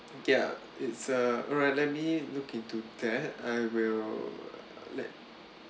ya it's uh alright let me look into that I will let